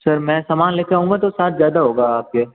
sir मैं सामान लेकर आऊंगा तो चार्ज ज़्यादा होगा आपके